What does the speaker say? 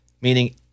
Meaning